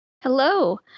Hello